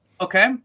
Okay